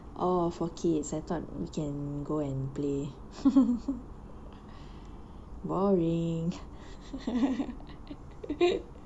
oh for kids I thought we can go and play boring